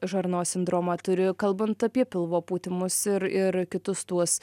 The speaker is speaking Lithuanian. žarnos sindromą turiu kalbant apie pilvo pūtimus ir ir kitus tuos